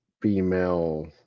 female